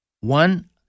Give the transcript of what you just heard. One